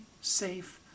safe